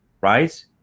right